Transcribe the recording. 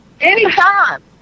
anytime